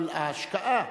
אבל ההשקעה,